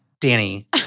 Danny